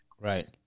Right